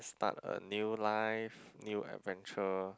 start a new life new adventure